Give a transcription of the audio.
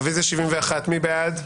רביזיה על 53ג. מי בעד?